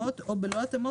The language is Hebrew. אם יש לו היתר הפעלה ל-80,